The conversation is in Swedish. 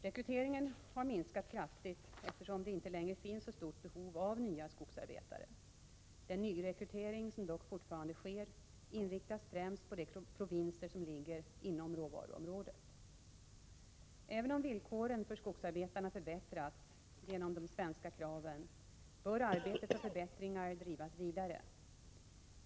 Rekryteringen har minskat kraftigt, eftersom det inte längre finns så stort behov av nya skogsarbetare. Den nyrekrytering som dock fortfarande sker inriktas främst på de provinser som ligger inom råvaruområdet. Även om villkoren för skogsarbetarna förbättrats genom de svenska kraven, bör arbetet för förbättringar drivas vidare.